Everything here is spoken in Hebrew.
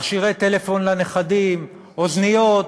מכשירי טלפון לנכדים, אוזניות,